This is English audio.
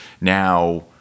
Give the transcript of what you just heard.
Now